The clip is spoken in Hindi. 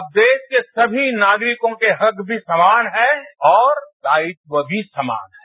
अब देश के सभी नागरिकों के हक भी समान है और दायित्व भी समान है